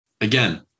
again